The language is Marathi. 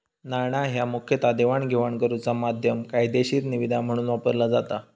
नाणा ह्या मुखतः देवाणघेवाण करुचा माध्यम, कायदेशीर निविदा म्हणून वापरला जाता